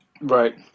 Right